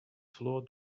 floor